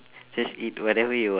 just eat whatever you want